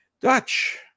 Dutch